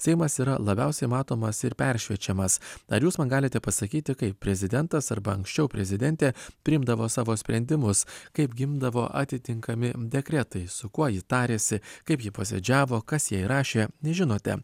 seimas yra labiausiai matomas ir peršviečiamas ar jūs man galite pasakyti kaip prezidentas arba anksčiau prezidentė priimdavo savo sprendimus kaip gimdavo atitinkami dekretai su kuo ji tarėsi kaip ji posėdžiavo kas jai rašė nežinote